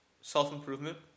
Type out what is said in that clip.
self-improvement